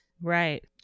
Right